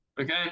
okay